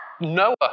Noah